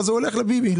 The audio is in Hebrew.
אז הוא הולך לביבי,